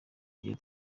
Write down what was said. bya